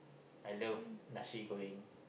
I love nasi-goreng